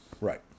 Right